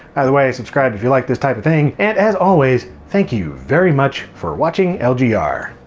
by the way subscribe if you like this type of thing and as always thank you very much for watching lgr!